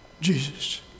Jesus